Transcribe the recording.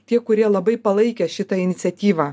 tie kurie labai palaikė šitą iniciatyvą